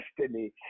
destiny